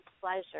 pleasure